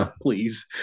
please